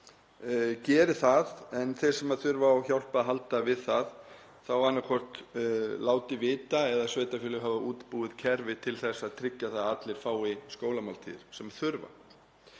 geri það en þeir sem þurfa á hjálp að halda við það þá annaðhvort láti vita eða sveitarfélög hafa útbúið kerfi til að tryggja að allir fái skólamáltíðir sem þurfa.